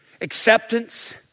Acceptance